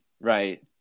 right